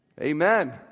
Amen